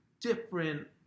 different